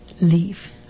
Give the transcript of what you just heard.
leave